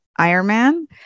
Ironman